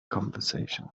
conversation